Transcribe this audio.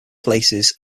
places